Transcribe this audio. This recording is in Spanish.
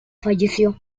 falleció